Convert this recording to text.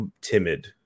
timid